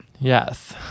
yes